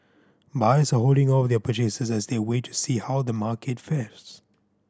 buyers are holding off their purchases as they wait to see how the market fares